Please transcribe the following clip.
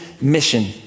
Mission